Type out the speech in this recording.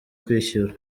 kwishyura